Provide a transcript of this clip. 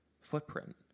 footprint